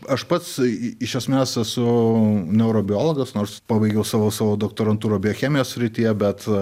aš pats iš esmės esu neurobiologas nors pabaigiau savo savo doktorantūrą biochemijos srityje bet